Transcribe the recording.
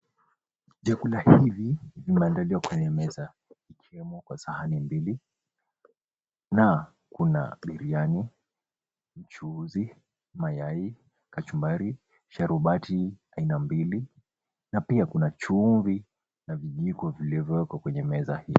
Vyakula hivi vimeandaliwa kwenye meza vikiwemo kwa sahani mbili na kuna biriani, mchuuzi, mayai, kachumbari, sharubati aina mbili na pia kuna chumvi na vijiko vilivyowekwa kwenye meza hii.